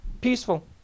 Peaceful